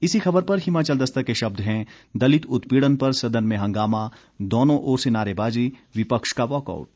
इसी खबर पर हिमाचल दस्तक के शब्द हैं दलित उत्पीड़न पर सदन में हंगामा दोनों ओर से नारेबाजी विपक्ष का वॉकआउट